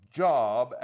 job